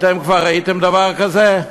אתם כבר ראיתם דבר כזה?